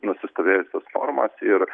nusistovėjusias formas ir